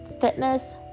fitness